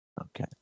Okay